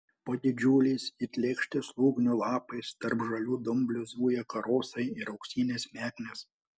po didžiuliais it lėkštės lūgnių lapais tarp žalių dumblių zuja karosai ir auksinės meknės